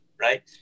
right